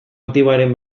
aktiboaren